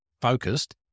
focused